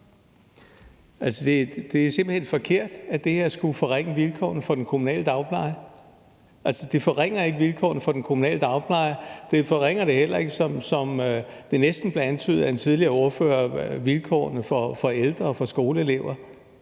det er simpelt hen forkert, at det her skulle forringe vilkårene for den kommunale dagpleje. Det forringer ikke vilkårene for den kommunale dagpleje, det forringer heller ikke, som det næsten blev antydet af en tidligere ordfører, vilkårene for ældre og for skoleelever.